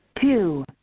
two